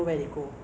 sedap ah